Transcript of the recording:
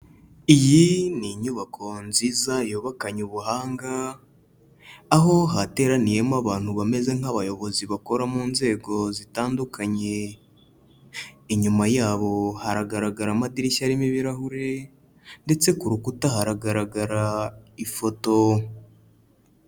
Iyi ni inyubako nziza yubakanye ubuhanga, aho hateraniyemo abantu bameze nk'abayobozi bakora mu nzego zitandukanye, inyuma yabo haragaragara amadirishya arimo ibirahure, ndetse ku rukuta haragaragara ifoto.